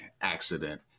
accident